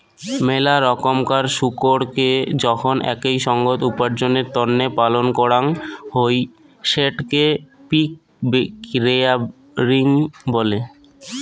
মেলা রকমকার শুকোরকে যখন একই সঙ্গত উপার্জনের তন্নে পালন করাং হই সেটকে পিগ রেয়ারিং বলে